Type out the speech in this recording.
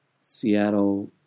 Seattle